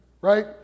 right